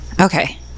okay